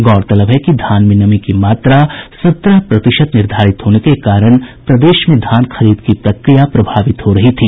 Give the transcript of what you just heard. गौरतलब है कि धान में नमी की मात्रा सत्रह प्रतिशत निर्धारित होने के कारण प्रदेश में धान खरीद की प्रक्रिया प्रभावित हो रही थी